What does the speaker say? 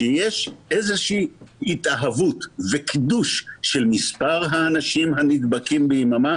שיש איזושהי התאהבות וקידוש של מספר האנשים הנדבקים ביממה